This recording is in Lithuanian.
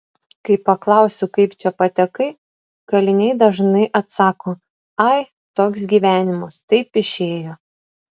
kai paklausiu kaip čia patekai kaliniai dažnai atsako ai toks gyvenimas taip išėjo